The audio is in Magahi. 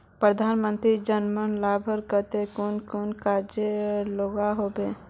प्रधानमंत्री योजना लुबार केते कुन कुन कागज लागोहो होबे?